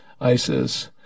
ISIS